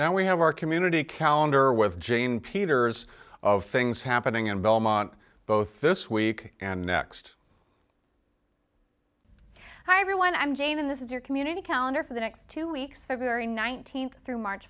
now we have our community calendar with jane peters of things happening in belmont both this week and next hi everyone i'm jamen this is your community calendar for the next two weeks february nineteenth through march